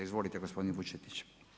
Izvolite gospodine Vučetić.